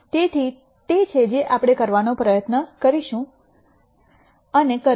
તેથી તે છે જે આપણે કરવાનો પ્રયત્ન કરીશું અને કરીશું